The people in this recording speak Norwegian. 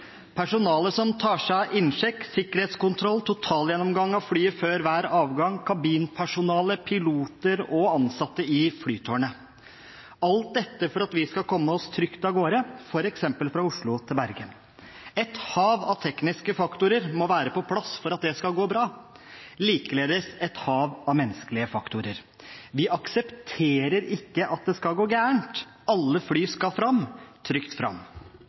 personalet som tar seg av innsjekk, sikkerhetskontroll, totalgjennomgang av flyet før hver avgang, kabinpersonale, piloter og ansatte i flytårnet – alt dette for at vi skal komme oss trygt av gårde, f.eks. fra Oslo til Bergen. Et hav av tekniske faktorer må være på plass for at det skal gå bra, likeledes et hav av menneskelige faktorer. Vi aksepterer ikke at det skal gå galt. Alle fly skal fram – trygt fram.